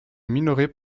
minorés